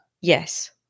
yes